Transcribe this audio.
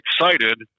excited